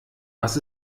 was